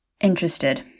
interested